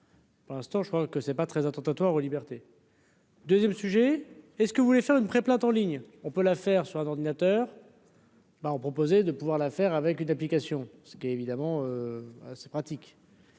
Pour l'instant, je crois que c'est pas très attentatoire aux libertés. 2ème sujet : est ce que vous voulez faire une pré-plainte en ligne, on peut la faire sur un ordinateur. Ben, ont proposé de pouvoir l'affaire avec une application, ce qui est, évidemment, c'est pratique.